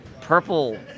purple